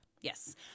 Yes